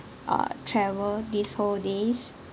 uh travel these whole days